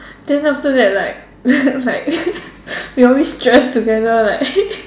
then after that like like we always dress together like